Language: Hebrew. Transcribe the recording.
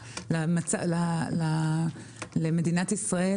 למדינת ישראל,